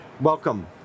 Welcome